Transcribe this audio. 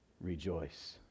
Rejoice